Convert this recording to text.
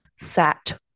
sat